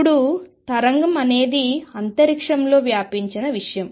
ఇప్పుడు తరంగం అనేది అంతరిక్షంలో వ్యాపించిన విషయం